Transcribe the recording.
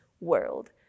world